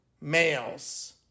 males